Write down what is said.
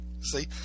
See